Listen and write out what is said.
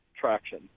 traction